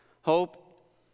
hope